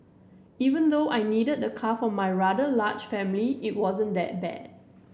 even though I needed the car for my rather large family it wasn't that bad